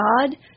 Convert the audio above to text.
God